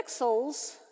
pixels